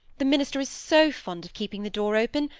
the minister is so fond of keeping the door open,